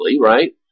right